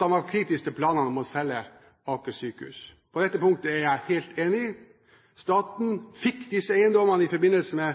han var kritisk til planene om å selge Aker sykehus. På dette punktet er jeg helt enig. Staten fikk disse eiendommene i forbindelse med